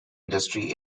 industry